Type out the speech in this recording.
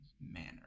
manner